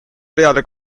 peale